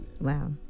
Wow